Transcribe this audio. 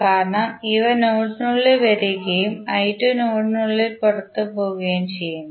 കാരണം ഇവ നോഡിനുള്ളിൽ വരികയും നോഡിന് പുറത്ത് പോകുകയും ചെയ്യുന്നു